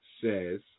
says